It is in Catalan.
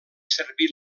servir